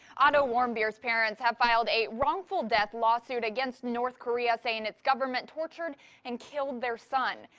otto warmbier's parents have filed a wrongful death lawsuit against north korea, saying its government tortured and killed their son.